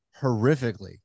horrifically